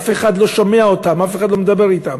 אף אחד לא שומע אותם, אף אחד לא מדבר אתם,